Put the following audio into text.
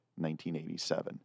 1987